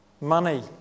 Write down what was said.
Money